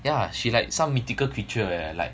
yeah she like some mythical creature like that like